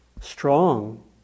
strong